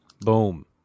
Boom